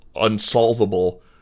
unsolvable